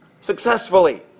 successfully